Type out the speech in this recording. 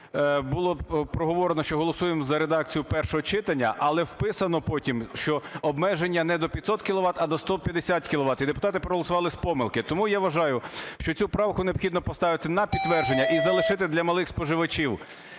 було проговорено, що голосуємо за редакцію першого читання, але вписано потім, що обмеження не до 500 кіловат, а до 150 кіловат, і депутати проголосували з помилки. Тому, я вважаю, що цю правку необхідно поставити на підтвердження і залишити для малих споживачів